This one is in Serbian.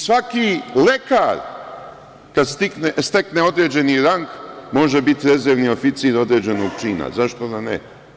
Svaki lekar kada stekne određeni rang može biti rezervni oficir određenog čina, zašto da ne.